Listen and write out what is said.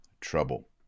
trouble